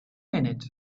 minute